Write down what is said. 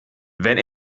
wenn